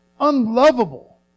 Unlovable